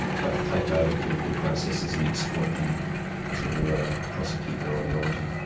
both take over political processes and exploit them to ah prosecute their ideology.